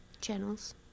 channels